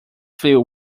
flew